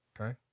Okay